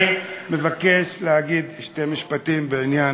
אני מבקש להגיד שני משפטים בעניין